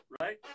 Right